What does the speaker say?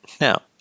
Now